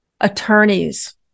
attorneys